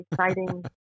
exciting